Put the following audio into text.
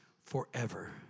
forever